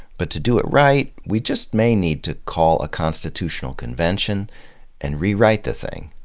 but to do it right, we just may need to call a constitutional convention and rewrite the thing.